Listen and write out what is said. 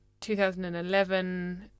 2011